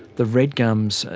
the red gums,